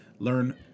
learn